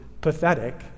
pathetic